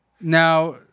Now